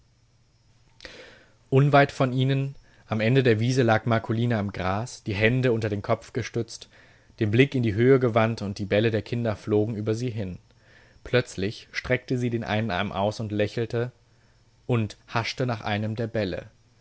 unweit von ihnen am ende der wiese lag marcolina im gras die hände unter den kopf gestützt den blick in die höhe gewandt und die bälle der kinder flogen über sie hin plötzlich streckte sie den einen arm aus und haschte nach einem der bälle